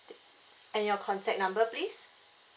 and your contact number please